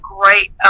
great